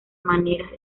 maneras